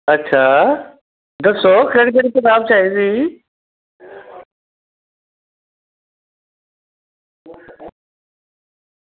अच्छा दस्सो केह्ड़ी केह्ड़ी कताब चाहिदी